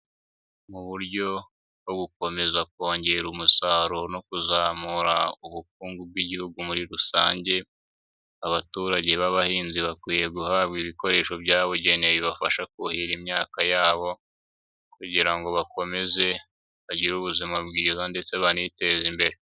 Mu buryo bwo gukomeza kongera umusaruro no kuzamura ubukungu bw'Igihugu muri rusange. Abaturage b'abahinzi bakwiye guhabwa ibikoresho byabugenewe, bibafasha kuhira imyaka yabo kugira ngo bakomeze bagire ubuzima bwiza ndetse baniteza imbere.